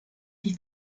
die